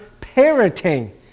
parenting